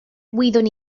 wyddwn